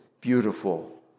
beautiful